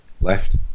left